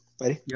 Ready